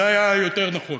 זה היה יותר נכון